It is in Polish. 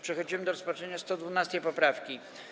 Przechodzimy do rozpatrzenia 112. poprawki.